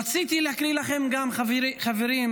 רציתי להקריא לכם גם, חברים,